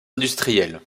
industriels